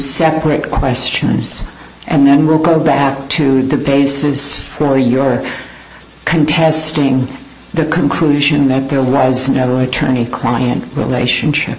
separate questions and then we'll go back to the basis for your contesting the conclusion that there was no attorney client relationship